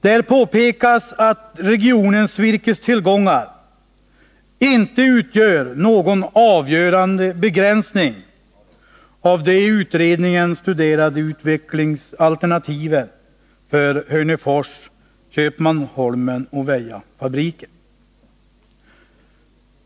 Där påpekas att regionens virkestillgångar inte utgör någon avgörande begränsning av de i utredningen studerade utvecklingsalternativen för Hörnefors, Köpmanholmen och Väja fabriker.